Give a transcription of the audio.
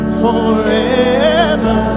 forever